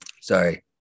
Sorry